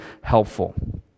helpful